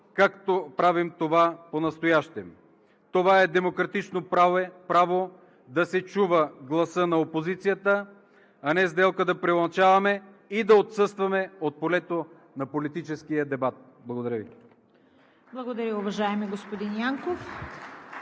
както правим това понастоящем. Това е демократично право – да се чува гласът на опозицията, а не сделка, да преиначаваме и да отсъстваме от полето на политическия дебат. Благодаря Ви. (Ръкопляскания от